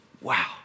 Wow